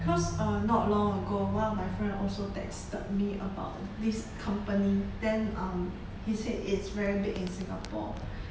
cause uh not long ago one of my friend also texted me about this company then um he said it's very big in singapore